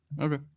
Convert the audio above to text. Okay